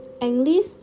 English